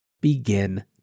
begin